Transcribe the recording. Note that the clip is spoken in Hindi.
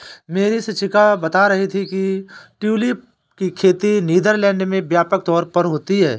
मेरी शिक्षिका बता रही थी कि ट्यूलिप की खेती नीदरलैंड में व्यापक तौर पर होती है